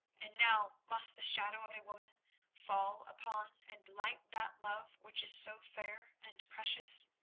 and now must the shadow of a woman fall upon and blight that love which is so fair and precious?